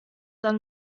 dann